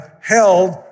held